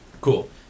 Cool